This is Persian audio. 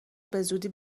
بزودی